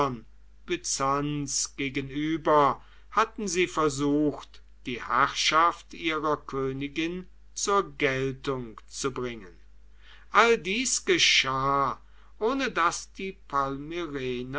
gegenüber hatten sie versucht die herrschaft ihrer königin zur geltung zu bringen alles dies geschah ohne daß die